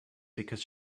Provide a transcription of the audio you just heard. because